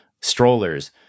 strollers